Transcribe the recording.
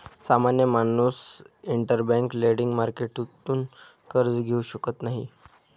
सामान्य माणूस interbank lending मार्केटतून कर्ज घेऊ शकत नाही